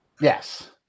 Yes